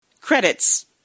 Credits